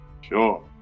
Sure